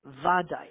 Vadai